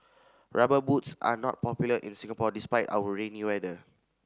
Rubber Boots are not popular in Singapore despite our rainy weather